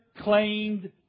claimed